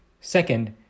Second